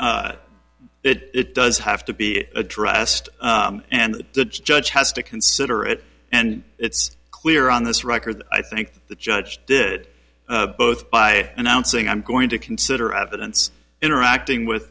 it does have to be addressed and the judge has to consider it and it's clear on this record i think the judge did both by announcing i'm going to consider evidence interacting with